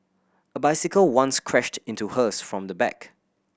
a bicycle once crashed into hers from the back